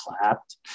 clapped